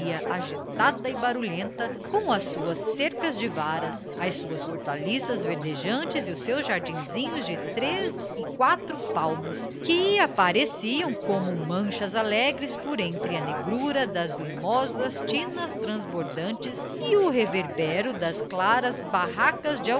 agitada e barulhenta com as suas cercas de varas as suas hortaliças verdejantes e os seus jardinzinhos de três e quatro palmos que apareciam como manchas alegres por entre a negrura das limosas tinas transbordantes e o revérbero das claras barracas de